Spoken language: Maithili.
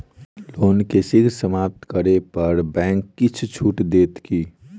लोन केँ शीघ्र समाप्त करै पर बैंक किछ छुट देत की